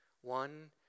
one